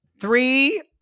Three